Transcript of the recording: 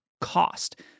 cost